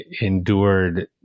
endured